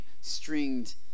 stringed